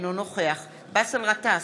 אינו נוכח באסל גטאס,